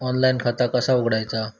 Online खाता कसा उघडायचा?